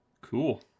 Cool